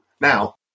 now